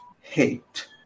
hate